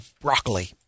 Broccoli